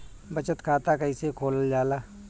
बचत खाता कइसे खोलल जाला?